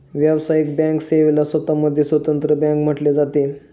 व्यावसायिक बँक सेवेला स्वतः मध्ये स्वतंत्र बँक म्हटले जाते